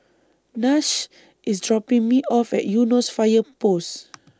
Nash IS dropping Me off At Eunos Fire Post